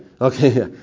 Okay